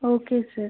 okay sir